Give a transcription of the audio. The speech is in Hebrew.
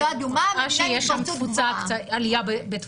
היא לא אדומה אלא מדינה עם התפרצות.